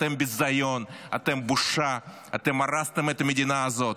אתם בזיון, אתם בושה, אתם הרסתם את המדינה הזאת.